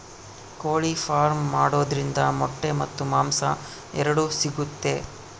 ಕೋಳಿ ಫಾರ್ಮ್ ಮಾಡೋದ್ರಿಂದ ಮೊಟ್ಟೆ ಮತ್ತು ಮಾಂಸ ಎರಡು ಸಿಗುತ್ತೆ